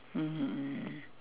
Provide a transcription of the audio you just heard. mmhmm mm